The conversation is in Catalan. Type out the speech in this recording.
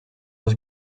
dos